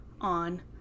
on